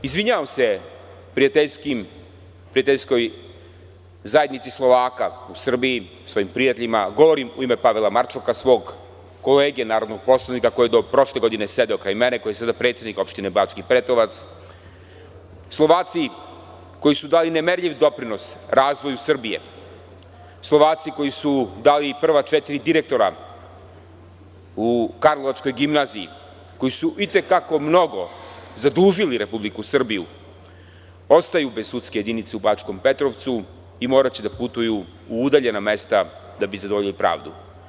Izvinjavam se prijateljskoj zajednici Slovaka u Srbiji, svojim prijateljima, govorim u ime Pavela Marčoka, svog kolege narodnog poslanika koji je do prošle godine sedeo kraj mene, koji je sada predsednik opštine Bački Petrovac, Slovaci koji su dali nemerljiv doprinos razvoju Srbije, Slovaci koji su dali prva četiri direktora u Karlovačkoj gimnaziji, koji su i te kako mnogo zadužili Republiku Srbiju, ostaju bez sudske jedinice u Bačkom Petrovcu i moraće da putuju u udaljena mesta da bi zadovoljili pravdu.